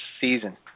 season